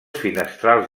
finestrals